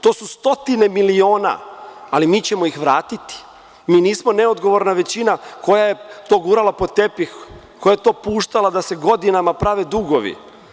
To su stotine miliona, ali mi ćemo ih vratiti, mi nismo neodgovorna većina koja je to gurala pod tepih, koja je to puštala da se godinama prave dugovi.